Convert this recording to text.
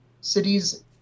cities